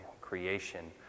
creation